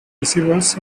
receivers